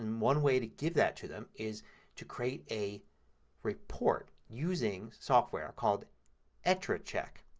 and one way to give that to them is to create a report using software called etrecheck.